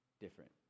different